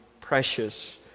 precious